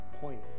Point